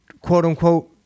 quote-unquote